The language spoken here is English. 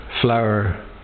flower